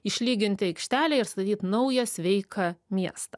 išlyginti aikštelę ir statyt naują sveiką miestą